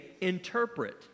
interpret